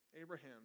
Abraham